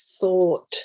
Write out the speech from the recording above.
thought